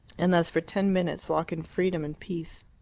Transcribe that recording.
and thus for ten minutes walk in freedom and peace.